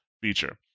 feature